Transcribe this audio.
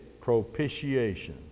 propitiation